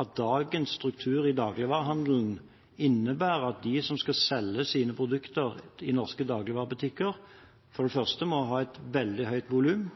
at dagens struktur i dagligvarehandelen for det første innebærer at de som skal selge sine produkter i norske dagligvarebutikker, må ha et veldig stort volum, og for det